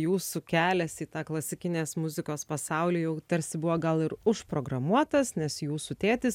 jūsų kelias į tą klasikinės muzikos pasaulį jau tarsi buvo gal ir užprogramuotas nes jūsų tėtis